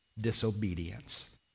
disobedience